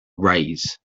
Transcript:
raise